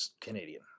Canadian